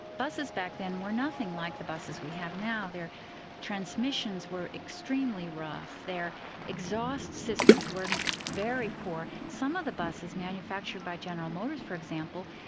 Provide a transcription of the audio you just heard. buses back then were nothing like the buses we have now. their transmissions were extremely rough. their exhaust systems were very poor. some of the buses manufactured by general motors, for example,